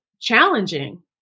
challenging